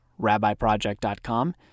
rabbiproject.com